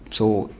so,